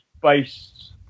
based